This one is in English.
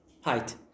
Height